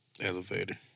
Elevator